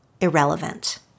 irrelevant